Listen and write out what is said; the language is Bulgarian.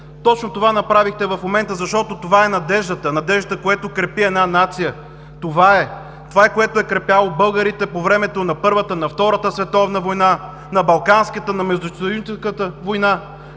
Точно това направихте в момента, защото това е надеждата – надеждата, която крепи една нация. Това е крепяло българите по времето на Първата, на Втората световна война, на Балканската, на Междусъюзническата война,